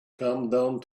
down